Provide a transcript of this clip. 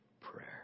prayer